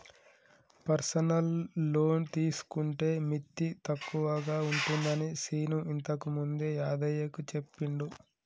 personal loan తీసుకుంటే మిత్తి తక్కువగా ఉంటుందని శీను ఇంతకుముందే యాదయ్యకు చెప్పిండు